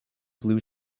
blue